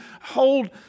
hold